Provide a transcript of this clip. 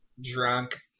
drunk